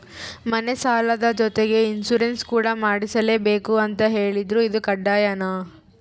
ಮನೆ ಸಾಲದ ಜೊತೆಗೆ ಇನ್ಸುರೆನ್ಸ್ ಕೂಡ ಮಾಡ್ಸಲೇಬೇಕು ಅಂತ ಹೇಳಿದ್ರು ಇದು ಕಡ್ಡಾಯನಾ?